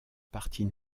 partie